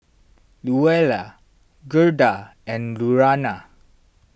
Louella Gerda and Lurana